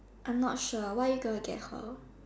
I'm not sure what are you gonna get her